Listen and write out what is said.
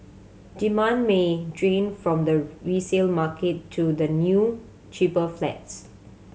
demand may drain from the resale market to the new cheaper flats